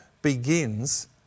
begins